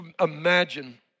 imagine